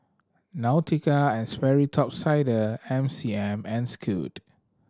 Nautica and Sperry Top Sider M C M and Scoot